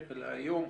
והיום,